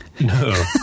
No